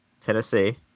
Tennessee